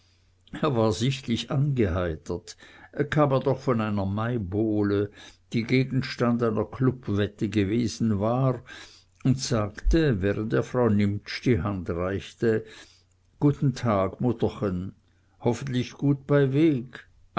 er war sichtlich angeheitert kam er doch von einer maibowle die gegenstand einer clubwette gewesen war und sagte während er frau nimptsch die hand reichte guten tag mutterchen hoffentlich gut bei weg